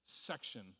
section